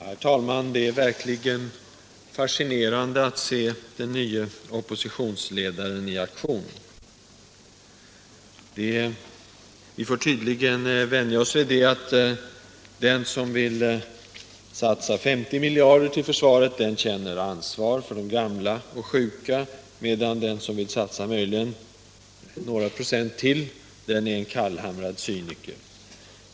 Herr talman! Det är verkligen fascinerande att se den nye oppositionsledaren i aktion. Vi får tydligen vänja oss vid att den som vill satsa 50 miljarder till försvaret, den känner ansvar för de gamla och de sjuka, medan den som vill satsa möjligen några procent till, den är en kallhamrad cyniker.